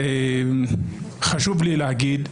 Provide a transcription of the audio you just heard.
חשוב לי לומר,